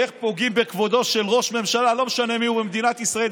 איך פוגעים בכבודו של ראש ממשלה במדינת ישראל,